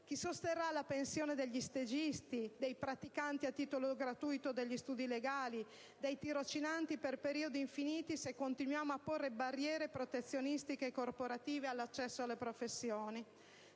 chi sosterrà la pensione degli stagisti, dei praticanti a titolo gratuito degli studi legali, dei tirocinanti per periodi infiniti se continuiamo a porre barriere protezionistiche e corporative all'accesso alle professioni?